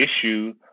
issue